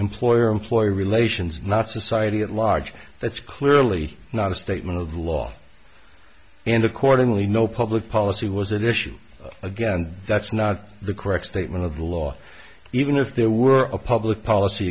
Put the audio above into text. employer employee relations not society at large that's clearly not a statement of law and accordingly no public policy was addition again that's not the correct statement of the law even if there were a public policy